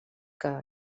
que